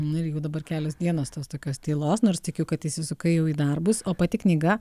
nu ir jeigu dabar tos dienos tos tokios tylos nors tikiu kad įsisukai jau į darbus o pati knyga